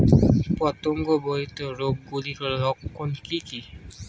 পতঙ্গ বাহিত রোগ গুলির লক্ষণ কি কি?